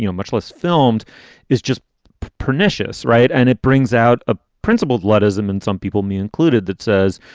you know much less filmed is just pernicious. right. and it brings out a principled luddism. and some people, me included, that says,